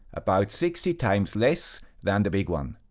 about sixty times less than the big one.